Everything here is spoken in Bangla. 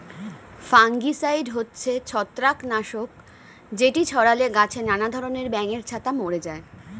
ফাঙ্গিসাইড হচ্ছে ছত্রাক নাশক যেটি ছড়ালে গাছে নানা ধরণের ব্যাঙের ছাতা মরে যায়